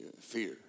Fear